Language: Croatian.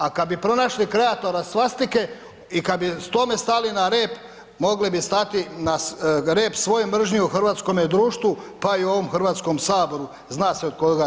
A kada bi pronašli kreatora svastike i kada bi tome stali na rep, mogli bi stati na rep svoj mržnji u hrvatskome društvu, pa i u ovom Hrvatskom saboru zna se od koga.